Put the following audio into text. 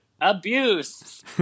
Abuse